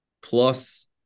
plus